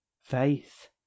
faith